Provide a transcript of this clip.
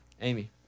Amy